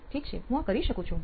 ઠીક છે હું આ કરી શકું છું